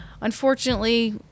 Unfortunately